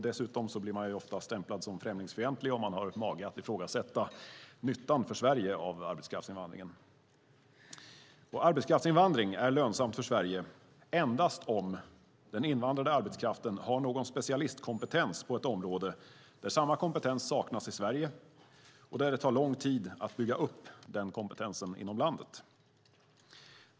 Dessutom blir man ofta stämplad som främlingsfientlig om man har mage att ifrågasätta nyttan för Sverige av arbetskraftsinvandringen. Arbetskraftsinvandring är lönsamt för Sverige endast om den invandrade arbetskraften har någon specialistkompetens på ett område där samma kompetens saknas i Sverige och där det tar lång tid att bygga upp den kompetensen inom landet.